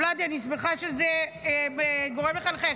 ולדי, אני שמחה שזה גורם לך לחייך.